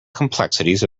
complexities